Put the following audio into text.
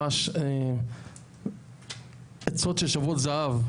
ממש עצות ששוות זהב,